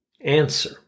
answer